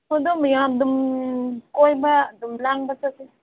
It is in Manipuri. ꯍꯣꯏ ꯑꯗꯣ ꯃꯌꯥꯝ ꯑꯗꯨꯝ ꯀꯣꯏꯕ ꯑꯗꯨꯝ ꯂꯥꯡꯕ ꯆꯠꯁꯦ